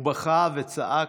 הוא בכה וצעק.